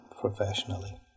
professionally